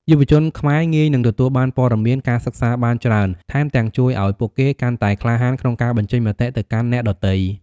យុវជនខ្មែរងាយនឹងទទួលបានព័ត៌មាន ការសិក្សាបានច្រើន ថែមទាំងជួយឲ្យពួកគេកាន់តែក្លាហានក្នុងការបញ្ចេញមតិទៅកាន់អ្នកដទៃ។